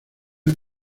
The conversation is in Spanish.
los